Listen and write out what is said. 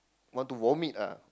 want to vomit ah